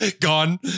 Gone